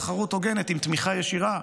תחרות הוגנת עם תמיכה ישירה,